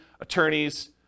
attorneys